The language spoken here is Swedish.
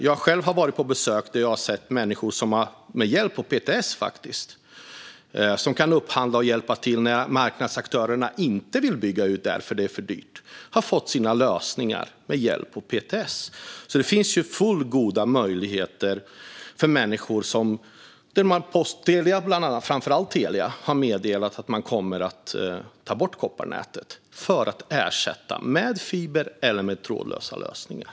Jag har besökt ställen där människor har fått hjälp av PTS, som kan upphandla och hjälpa till med lösningar när marknadsaktörerna inte vill bygga ut för att det är för dyrt. Det finns alltså fullgoda möjligheter för människor där framför allt Telia har meddelat att de kommer att ta bort kopparnätet för att ersätta det med fiber eller med trådlösa lösningar.